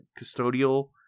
custodial